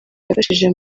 yafashije